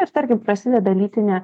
ir tarkim prasideda lytinė